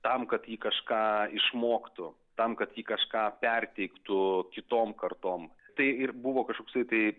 tam kad ji kažką išmoktų tam kad ji kažką perteiktų kitom kartom tai ir buvo kažkoksai tai